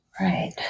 Right